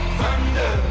thunder